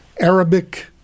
Arabic